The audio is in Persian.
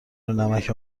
نمک